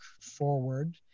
forward